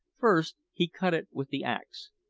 first he cut it with the axe,